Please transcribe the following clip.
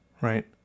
right